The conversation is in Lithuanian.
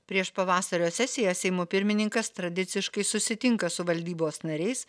prieš pavasario sesiją seimo pirmininkas tradiciškai susitinka su valdybos nariais